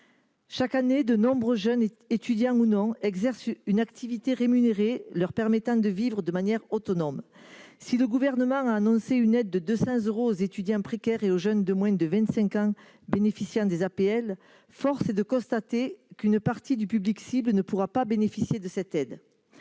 Chaque année, de nombreux jeunes, étudiants ou non, exercent une activité rémunérée leur permettant de vivre de manière autonome. Si le Gouvernement a annoncé une aide de 200 euros aux étudiants précaires et aux jeunes de moins de 25 ans bénéficiant de l'aide personnalisée au logement (APL), force est de constater qu'une partie du public cible ne pourra pas bénéficier de cette aide.